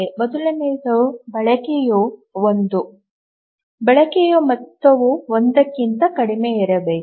ಮೊದಲನೆಯದು ಬಳಕೆಯು 1 ಬಳಕೆಯ ಮೊತ್ತವು 1 ಕ್ಕಿಂತ ಕಡಿಮೆಯಿರಬೇಕು